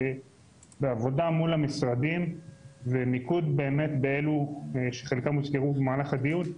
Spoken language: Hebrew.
זה עבודה מול המשרדים ומיקוד באמת באלו שחלקם הוזכרו במהלך הדיון,